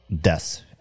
deaths